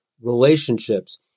relationships